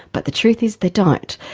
but the truth is they don't.